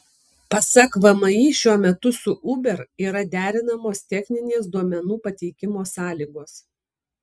pasak vmi šiuo metu su uber yra derinamos techninės duomenų pateikimo sąlygos